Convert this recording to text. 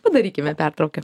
padarykime pertrauką